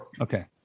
Okay